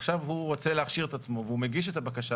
עכשיו הוא רוצה להכשיר את עצמו והוא מגיש את הבקשה